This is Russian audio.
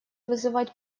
вызывать